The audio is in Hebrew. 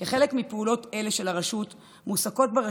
כחלק מפעולות אלה של הרשות מועסקות במשרה מלאה